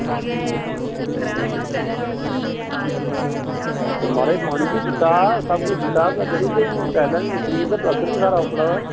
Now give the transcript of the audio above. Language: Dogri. महाराज पानी बी दित्ता हा सब किश दित्ता हा हून टाइलां बी उक्खड़ी गेइयां ते पलस्तर बी सारा उक्कड़ा दा ऐ